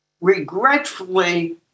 Regretfully